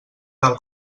tal